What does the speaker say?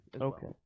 Okay